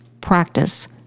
practice